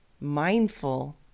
mindful